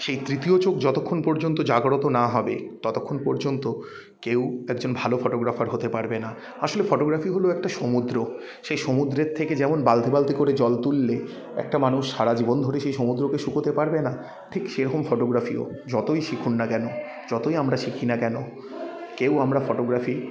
সেই তৃতীয় চোখ যতক্ষণ পর্যন্ত জাগ্রত না হবে ততক্ষণ পর্যন্ত কেউ একজন ভালো ফটোগ্রাফার হতে পারবে না আসলে ফটোগ্রাফি হলো একটা সমুদ্র সেই সমুদ্রের থেকে যেমন বালতি বালতি করে জল তুললে একটা মানুষ সারা জীবন ধরে সেই সমুদ্রকে শুকোতে পারবে না ঠিক সেরকম ফটোগ্রাফিও যতই শিখুন না কেন যতই আমরা শিখি না কেন কেউ আমরা ফটোগ্রাফি